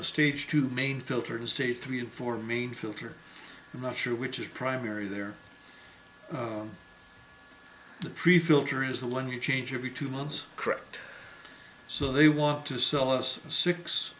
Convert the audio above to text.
a stage two main filters say three and four mean filter i'm not sure which is primary there the pre filter is the one you change every two months correct so they want to sell us six